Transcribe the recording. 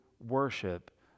worship